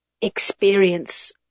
experience